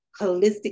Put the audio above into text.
holistic